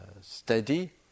steady